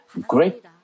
great